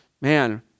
man